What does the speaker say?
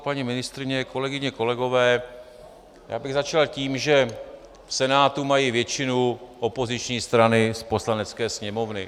Paní ministryně, kolegyně, kolegové, začal bych tím, že v Senátu mají většinu opoziční strany z Poslanecké sněmovny.